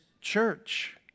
church